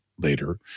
later